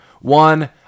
one